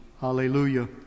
Hallelujah